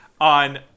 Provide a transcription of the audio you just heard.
on